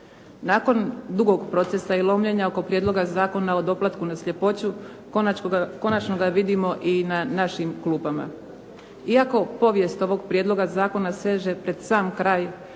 Nakon dugog procesa i lomljenja oko Prijedloga zakona o doplatku na sljepoću konačno ga vidimo i na našim klupama. Iako povijest ovog prijedloga zakona seže pred sam kraj